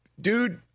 Dude